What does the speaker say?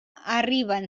arriben